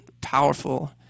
powerful